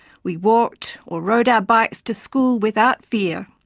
we walked or rode our bikes to school without fear.